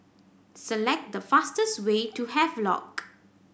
select the fastest way to Havelock